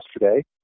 yesterday